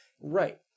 Right